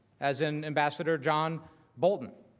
as an ambassador john bolton.